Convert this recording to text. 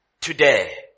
Today